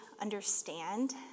understand